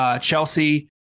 Chelsea